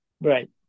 Right